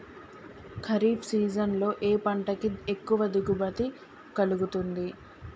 Kharif season లో ఏ పంట కి ఎక్కువ దిగుమతి కలుగుతుంది?